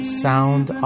sound